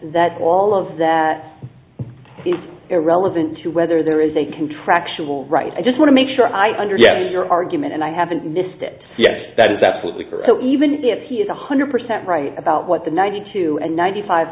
that all of that is irrelevant to whether there is a contractual right i just want to make sure i understand your argument and i haven't missed it that is absolutely even if he is one hundred percent right about what the ninety two and ninety five